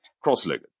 cross-legged